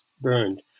burned